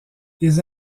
les